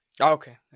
Okay